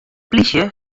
plysje